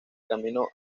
camino